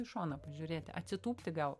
į šoną pažiūrėti atsitūpti gal